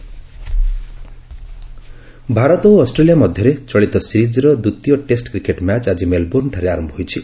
cricket Bharat ଓ Australia ମଧ୍ୟରେ ଚଳିତ ସିରିଜ୍ର ଦ୍ୱିତୀୟ ଟେଷ୍ଟ କ୍ରିକେଟ୍ ମ୍ୟାଚ୍ ଆଜି ମେଲବୋର୍ଣ୍ଣଠାରେ ଆରମ୍ଭ ହୋଇଛି